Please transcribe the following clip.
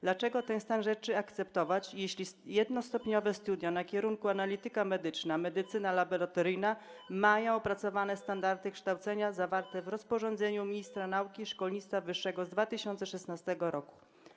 Dlaczego mamy ten stan rzeczy akceptować, jeśli jednostopniowe studia na kierunku: analityka medyczna, medycyna laboratoryjna mają opracowane standardy kształcenia zawarte w rozporządzeniu ministra nauki i szkolnictwa wyższego z 2016 r.